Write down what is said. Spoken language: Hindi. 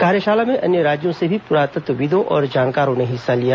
कार्यशाला में अन्य राज्यों से भी पुरातत्वविदों और जानकारों ने हिस्सा लिया